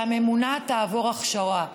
שהממונה תעבור הכשרה.